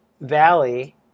Valley